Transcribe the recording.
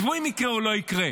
זה לא יקרה.